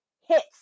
hits